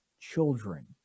children